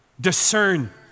discern